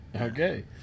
Okay